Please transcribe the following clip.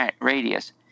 radius